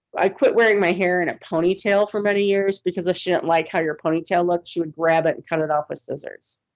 i quit wearing my hair in a ponytail for many years because if she didn't like how your ponytail looked she would grab it and cut if off with scissors.